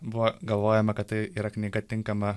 buvo galvojama kad tai yra knyga tinkama